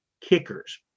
kickers